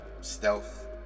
Stealth